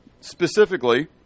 specifically